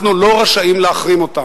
אנחנו לא רשאים להחרים אותם.